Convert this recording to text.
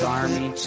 army